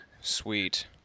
Sweet